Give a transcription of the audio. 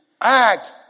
act